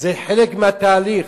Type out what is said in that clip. זה חלק מהתהליך.